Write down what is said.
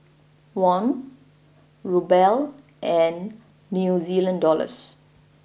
Won Ruble and New Zealand Dollars